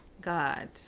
God